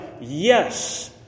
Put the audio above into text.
Yes